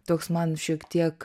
toks man šiek tiek